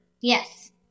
Yes